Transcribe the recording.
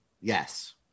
Yes